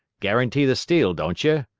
guarantee the steel, don't ye?